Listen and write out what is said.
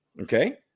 okay